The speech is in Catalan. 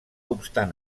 obstant